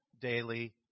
daily